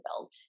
build